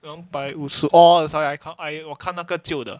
两百五十 orh sorry I 我看那个旧的